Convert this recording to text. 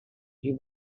you